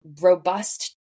robust